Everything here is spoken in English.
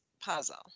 puzzle